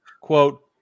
quote